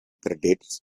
credits